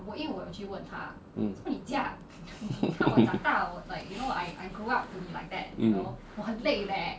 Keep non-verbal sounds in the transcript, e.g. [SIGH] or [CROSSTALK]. mm [LAUGHS] mm